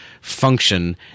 function